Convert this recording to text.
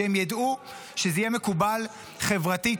שהם ידעו שזה יהיה מקובל חברתית,